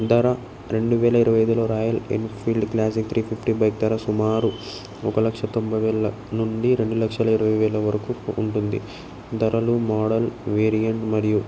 ధర రెండు వేల ఇరవై ఐదులో Royal Enfield Classic three fifty bike ధర సుమారు ఒక లక్ష తొంభై వేల నుండి రెండు లక్షల ఇరవై వేల వరకు ఉంటుంది ధరలు మోడల్ వేరియంట్ మరియు